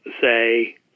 say